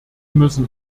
müssen